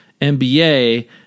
nba